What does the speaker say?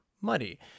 muddy